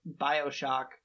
Bioshock